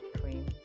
cream